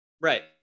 Right